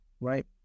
right